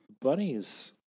bunnies